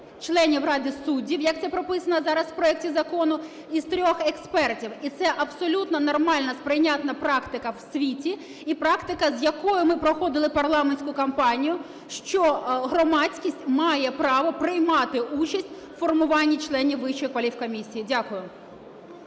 членів Ради суддів, як це прописано зараз в проекті закону і з трьох експертів. І це абсолютно нормальна сприйнятна практика у світі, і практика, з якою ми проходили парламентську кампанію, що громадськість має право приймати участь у формуванні членів Вищої кваліфкомісії. Дякую.